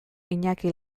iñaki